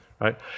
right